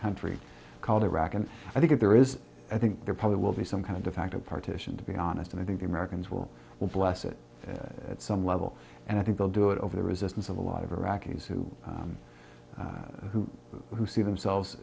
country called iraq and i think if there is i think there probably will be some kind of the facto partition to be honest and i think the americans will will bless it at some level and i think they'll do it over the resistance of a lot of iraqis who who who see themselves